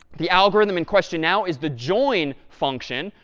the algorithm in question now is the join function,